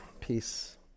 peace